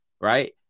right